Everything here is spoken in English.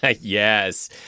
Yes